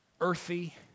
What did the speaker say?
earthy